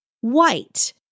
white